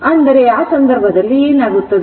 ಅಂದರೆ ಆ ಸಂದರ್ಭದಲ್ಲಿ ಏನಾಗುತ್ತದೆ